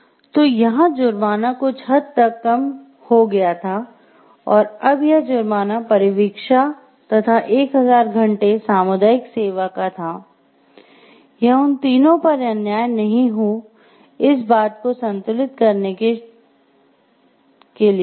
तो यहाँ जुर्माना कुछ हद तक कम हो गया था और अब यह जुर्माना परिवीक्षा तथा 1000 घंटे सामुदायिक सेवा का था यह उन तीनों पर अन्याय नहीं हो इस बात को संतुलित करने के था